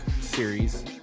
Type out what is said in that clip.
series